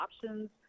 options